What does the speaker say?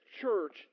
church